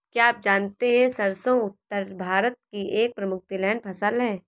क्या आप जानते है सरसों उत्तर भारत की एक प्रमुख तिलहन फसल है?